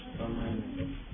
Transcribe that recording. Amen